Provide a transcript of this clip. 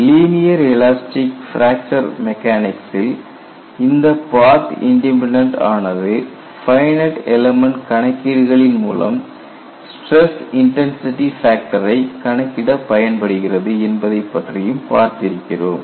linear elastic fracture மெக்கானிக்சில் இந்த path independent ஆனது ஃபைனட் எல்மெண்ட் கணக்கீடுகளின் மூலம் ஸ்டிரஸ் இன்டன்சிடி ஃபேக்டரை கணக்கிட பயன்படுகிறது என்பதைப் பற்றியும் பார்த்திருக்கிறோம்